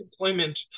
employment